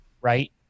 right